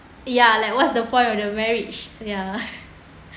ya like what's the point of the marriage ya